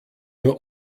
nur